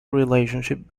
relationship